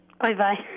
Bye-bye